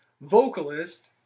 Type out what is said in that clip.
vocalist